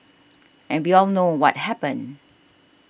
and we all know what happened